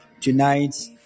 Tonight